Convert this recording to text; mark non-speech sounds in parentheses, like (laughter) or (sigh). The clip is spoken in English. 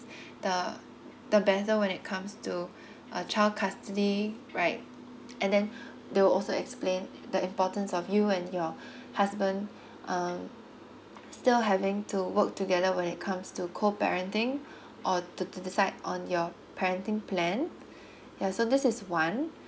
(breath) the the matter when it comes to (breath) a child custody right and then (breath) they will also explain the importance of you and your (breath) husband um still having to work together when it comes to co parenting (breath) or to to decide on your parenting plan (breath) ya so this is one